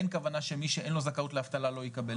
אין כוונה שמי שאין לו זכאות לאבטלה לא יקבל.